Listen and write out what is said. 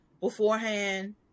beforehand